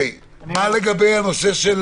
מה לגבי הנושא של